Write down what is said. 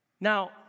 Now